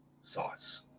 sauce